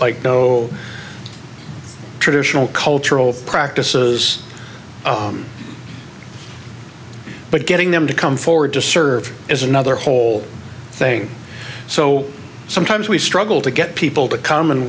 like go traditional cultural practices but getting them to come forward to serve is another whole thing so sometimes we struggle to get people to come and